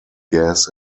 gas